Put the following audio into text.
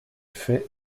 fait